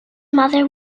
mother